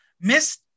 Miss